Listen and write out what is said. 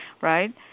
Right